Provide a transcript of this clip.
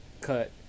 cut